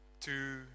two